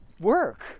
work